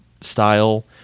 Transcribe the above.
style